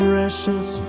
Precious